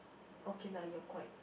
okay lah you are quite